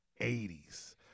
80s